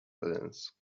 balance